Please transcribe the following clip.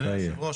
אדוני היושב ראש,